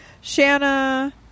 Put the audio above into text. Shanna